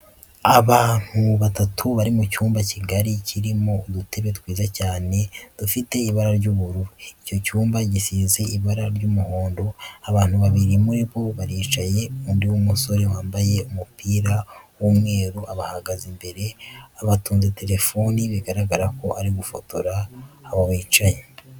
Abantu batatu bari mu cyumba kigari kirimo udutebe twiza cyane dufite ibara ry'ubururu, icyo cyumba gisize ibara ry'umuhondo. Abantu babiri muri bo baricaye, undi w'umusore wambaye umupira w'umweru abahagaze imbere abatunze telefone bigaragara ko ari gufotora abo bicaye.